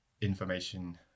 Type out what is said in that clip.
information